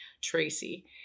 Tracy